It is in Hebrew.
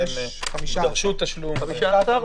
יש 15. 15,